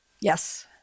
Yes